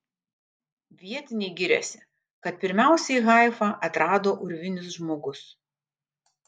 vietiniai giriasi kad pirmiausiai haifą atrado urvinis žmogus